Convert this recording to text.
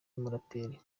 y’umuraperi